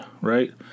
right